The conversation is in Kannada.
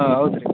ಹಾಂ ಹೌದು ರೀ